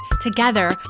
together